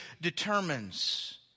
determines